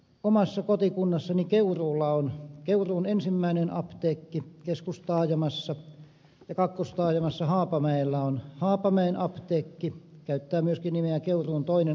omassa kotikunnassani keuruulla on keuruun ensimmäinen apteekki keskustaajamassa ja kakkostaajamassa haapamäellä on haapamäen apteekki käyttää myöskin nimeä keuruun toinen apteekki